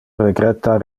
regretta